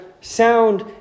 sound